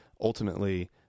ultimately